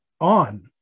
on